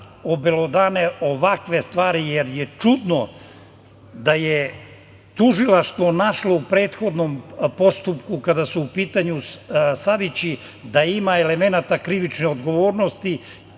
obelodane ovakve stvari, jer je čudno da je tužilaštvo našlo u prethodnom postupku, kada su u pitanju Savići, da ima elemenata krivične odgovornosti,